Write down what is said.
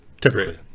typically